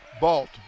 Balt